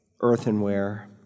earthenware